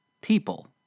people